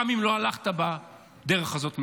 גם אם לא הלכת בדרך הזאת מעולם.